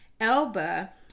Elba